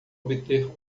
obter